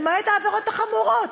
למעט העבירות החמורות,